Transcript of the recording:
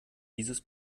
dieses